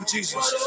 Jesus